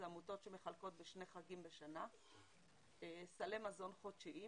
עמותות שמחלקות בשני חגים בשנה סלי מזון חודשיים